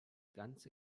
ganze